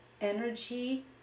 energy